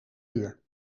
uur